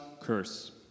curse